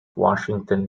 washington